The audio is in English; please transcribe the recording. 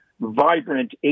vibrant